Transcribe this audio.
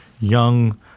young